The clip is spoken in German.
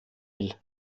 will